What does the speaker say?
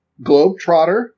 Globetrotter